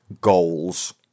goals